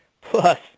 plus